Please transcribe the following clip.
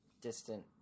Distant